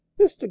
Mr